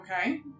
okay